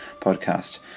podcast